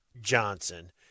Johnson